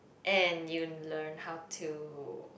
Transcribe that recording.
and you learn how to